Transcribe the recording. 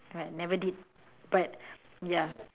but never did but ya